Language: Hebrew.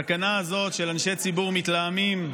הסכנה הזאת של אנשי ציבור מתלהמים,